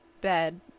bed